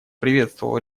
приветствовал